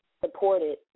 supported